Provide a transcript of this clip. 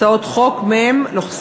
הצעת חוק מ/703.